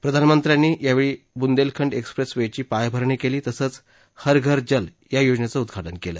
प्रधानमंत्र्यांनी यावेळी बुंदेलखंड एक्सप्रेसवेची पायाभरणी केली तसंच हर घर जल योजनेचं उद्घाटन केलं